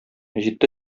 җитте